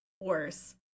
worse